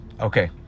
Okay